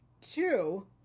Two